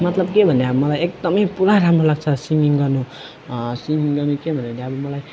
मतलब के भन्ने अब मलाई एकदमै पुरा राम्रो लाग्छ सिङगिङ गर्नु सिङगिङ गर्नु किनभने अब मलाई